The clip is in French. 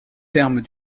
termes